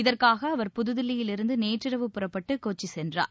இதற்காக அவர் புதுதில்லியில் இருந்து நேற்றிரவு புறப்பட்டு கொச்சி சென்றார்